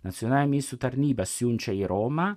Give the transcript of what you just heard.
nacionalinė misijų tarnyba siunčia į romą